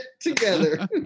together